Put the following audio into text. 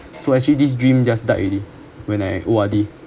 so actually this dream just died already when I O_R_D